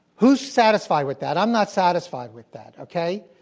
who's satisfied with that, i'm not satisfied with that, okay?